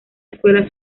escuela